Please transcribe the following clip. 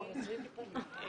אני רוצה לדעת מתי זה